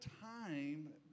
time